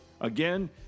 Again